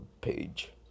page